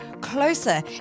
Closer